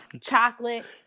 Chocolate